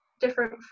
different